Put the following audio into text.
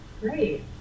great